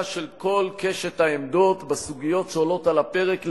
של כל קשת העמדות בסוגיות שעולות על הפרק,